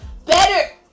Better